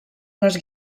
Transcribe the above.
les